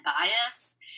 bias